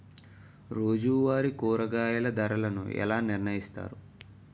రోజువారి కూరగాయల ధరలను ఎలా నిర్ణయిస్తారు?